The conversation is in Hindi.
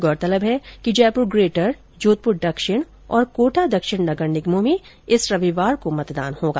गौरतलब है कि जयप्र ग्रेटर जोधप्र दक्षिण और कोटा दक्षिण नगर निगमों में इस रविवार एक नवम्बर को मतदान होगा